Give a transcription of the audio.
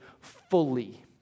fully